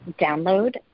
download